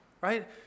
right